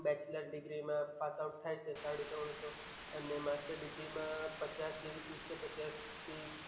bachelor ડિગ્રીમાં pass out થાય છે સાડી ત્રણસો અને માસ્ટર ડિગ્રીમાં પચાસ જેવી સીટ છે પચાસથી